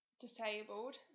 disabled